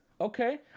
okay